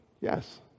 Yes